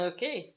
Okay